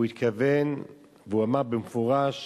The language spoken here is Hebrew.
והוא התכוון והוא אמר במפורש